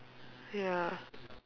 ya